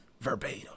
Verbatim